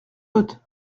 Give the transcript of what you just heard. doute